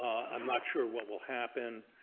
i'm not sure what will happen.